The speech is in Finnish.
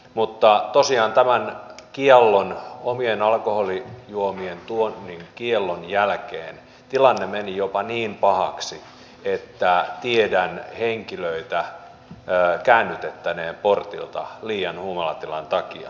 mutta tosiaan tämän omien alkoholijuomien tuonnin kiellon jälkeen tilanne meni jopa niin pahaksi että tiedän henkilöitä käännytetyn portilta liian humalatilan takia